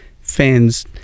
fans